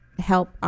help